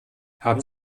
haben